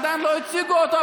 עדיין לא הציגו אותו,